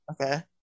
Okay